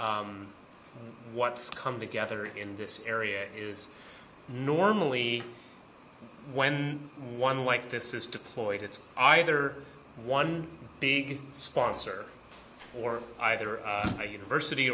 what's come together in this area is normally when one like this is deployed it's either one big sponsor or either a university